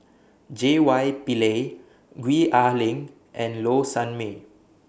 J Y Pillay Gwee Ah Leng and Low Sanmay